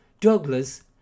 Douglas